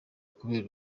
kubera